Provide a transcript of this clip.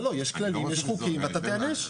אבל לא, יש כללים, יש חוקים ואתה תיענש.